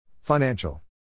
Financial